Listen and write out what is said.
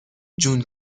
جون